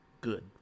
good